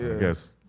Yes